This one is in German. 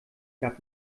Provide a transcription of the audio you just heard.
gab